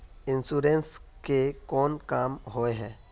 Insurance के कोन काम होय है?